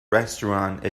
restaurant